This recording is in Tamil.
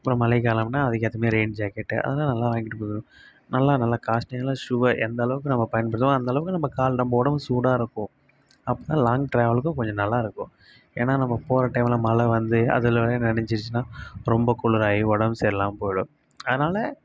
அப்புறம் மழைக்காலம்னால் அதுக்கேற்றமாரி ரெயின் ஜாக்கெட்டு அதெலாம் நானெலாம் வாங்கிட்டு போயிடுவேன் நல்லா நல்லா காஸ்ட்லியான ஷூவை எந்தளவுக்கு நம்ம பயன்படுத்துகிறமோ அந்தளவுக்கு நம்ம கால் நம்ம உடம்பு சூடாக இருக்கும் அப்போ லாங் ட்ராவல்க்கு கொஞ்சம் நல்லா இருக்கும் ஏனால் நம்ம போகிற டைமில் மழை வந்து அது எல்லாம் நனைஞ்சிருச்சுனால் ரொம்ப குளிராகி உடம்பு சரியில்லாமல் போயிடும் அதனால்